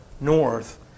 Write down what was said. north